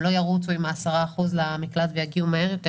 הם לא ירוצו עם ה-10% למקלט ויגיעו מהר יותר